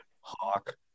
Hawk